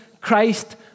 Christ